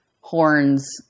horns